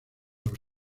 los